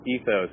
ethos